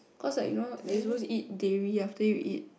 cause like you know that you supposed to eat dairy after you eat